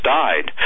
died